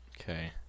Okay